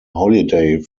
holiday